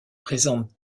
présente